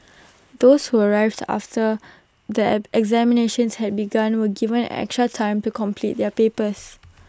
those who arrived after the examinations had begun were given extra time to complete their papers